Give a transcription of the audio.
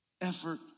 Effort